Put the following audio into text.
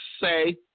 say